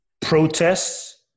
protests